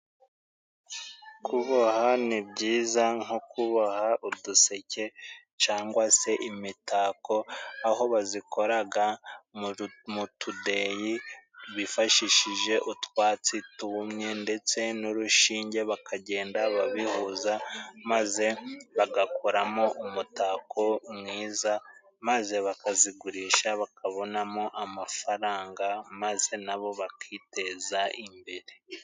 Kuboha ni byiza nko kuboha uduseke cangwa se imitako aho bazikoraga mu mu tudeyi bifashishije utwatsi twumye ndetse n'urushinge bakagenda babihuza maze bagakoramo umutako mwiza maze bakazigurisha bakabonamo amafaranga maze nabo bakiteza imbere.